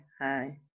Hi